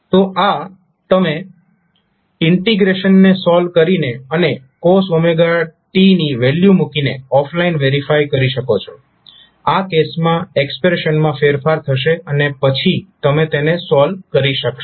તો આ તમે ઇન્ટિગ્રેશનને સોલ્વ કરીને અને cos t ની વેલ્યુ મૂકીને ઓફલાઈન વેરીફાય કરી શકો છો આ કેસમાં એક્સપ્રેશનમાં ફેરફાર થશે અને પછી તમે તેને સોલ્વ કરી શકશો